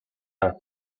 are